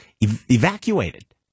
evacuated